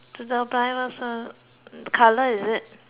uh colour is it